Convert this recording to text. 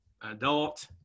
adult